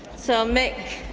so, mick,